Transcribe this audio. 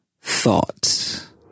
Thoughts